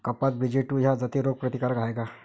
कपास B G two ह्या जाती रोग प्रतिकारक हाये का?